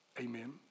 amen